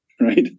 right